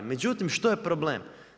Međutim što je problem?